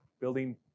building